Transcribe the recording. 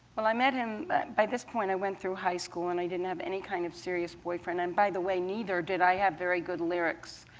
well, i met him by this point, i went through high school, and i didn't have any kind of serious boyfriend. and by the way, neither did i have very good lyrics.